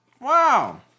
Wow